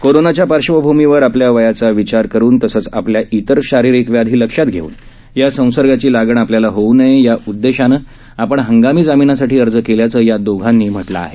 कोरोनाच्या पार्श्वभूमीवर आपल्या वयाचा विचार करून तसंच आपल्या इतर शारीरिक व्याधी लक्षात घेऊन या संसर्गाची लागण आपल्याला होऊ नये या उददेशानं आपण हंगामी जामिनासाठी अर्ज केल्याचं या दोघांनी म्हटलं आहे